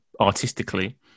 artistically